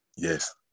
Yes